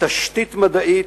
תשתית מדעית,